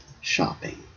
shopping